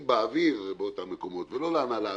באוויר באותם מקומות ולא להנהלה.